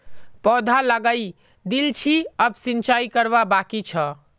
पौधा लगइ दिल छि अब सिंचाई करवा बाकी छ